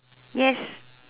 yes